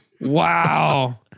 Wow